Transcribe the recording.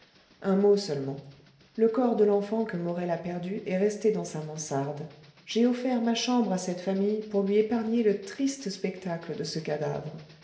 un mot seulement le corps de l'enfant que morel a perdu est resté dans sa mansarde j'ai offert ma chambre à cette famille pour lui épargner le triste spectacle de ce cadavre